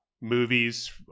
movies